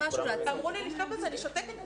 אמרו לי לשתוק אז אני שותקת,